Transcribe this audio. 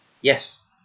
Yes